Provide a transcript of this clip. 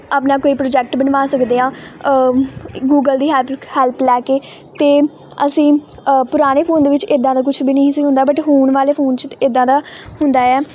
ਆਪਣਾ ਕੋਈ ਪ੍ਰੋਜੈਕਟ ਬਣਵਾ ਸਕਦੇ ਹਾਂ ਗੂਗਲ ਦੀ ਹੈਪ ਹੈਲਪ ਲੈ ਕੇ ਅਤੇ ਅਸੀਂ ਪੁਰਾਣੇ ਫੋਨ ਦੇ ਵਿੱਚ ਇੱਦਾਂ ਦਾ ਕੁਛ ਵੀ ਨਹੀਂ ਸੀ ਹੁੰਦਾ ਬਟ ਹੁਣ ਵਾਲੇ ਫੋਨ 'ਚ ਤਾਂ ਇੱਦਾਂ ਦਾ ਹੁੰਦਾ ਹੈ